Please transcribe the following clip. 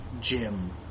Jim